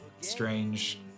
strange